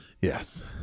Yes